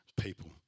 people